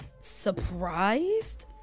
surprised